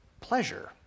pleasure